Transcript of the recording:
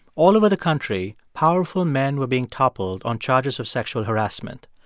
all over the country, powerful men were being toppled on charges of sexual harassment.